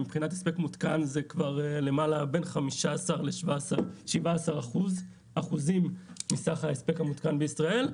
מבחינת הספק מותקן זה בין 17-15 אחוזים מסך ההספק המותקן בישראל.